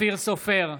אופיר סופר,